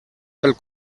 pel